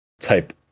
type